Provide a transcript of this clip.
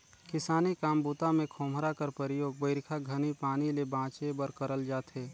किसानी काम बूता मे खोम्हरा कर परियोग बरिखा घनी पानी ले बाचे बर करल जाथे